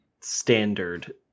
standard